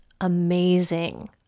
amazing